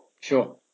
Sure